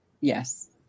Yes